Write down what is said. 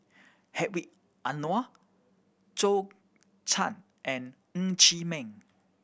Hedwig Anuar Zhou Can and Ng Chee Meng